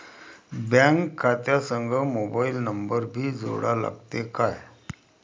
Bank खात्या संग mobile number भी जोडा लागते काय?